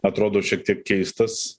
atrodo šiek tiek keistas